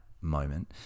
moment